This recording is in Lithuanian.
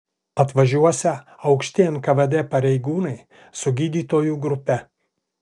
atvažiuosią aukšti nkvd pareigūnai su gydytojų grupe